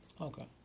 Okay